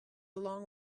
along